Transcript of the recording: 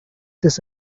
this